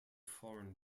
foreign